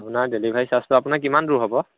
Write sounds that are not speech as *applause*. *unintelligible* delivery চাৰ্জটো আপোনাৰ কিমান দূৰ হ'ব